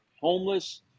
homeless